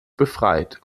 befreit